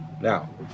Now